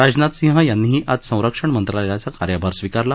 राजनाथ सिंह यांनीही आज संरक्षण मंत्रालयाचा कार्यभार स्विकारला